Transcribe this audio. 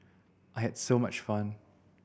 I had so much fun